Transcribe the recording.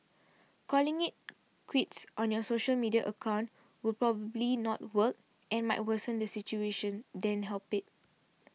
calling it quits on your social media accounts will probably not work and might worsen the situation than help it